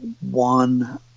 one